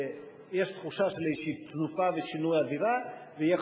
שיש תחושה של איזושהי תנופה ושינוי אווירה ויהיה